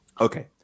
Okay